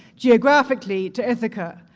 geographically, to ithaca.